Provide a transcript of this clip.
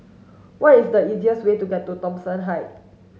what is the easiest way to to Thomson Height